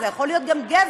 זה יכול להיות גם גבר,